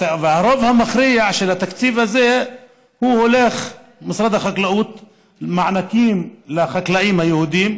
הרוב המכריע של התקציב הזה הולך במשרד החקלאות למענקים לחקלאים היהודים,